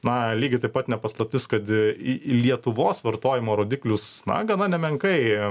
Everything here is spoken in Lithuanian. na lygiai taip pat ne paslaptis kad į į lietuvos vartojimo rodiklius na gana nemenkai